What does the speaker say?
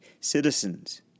citizens